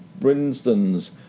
Brinsden's